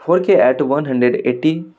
के eight one hundred eighty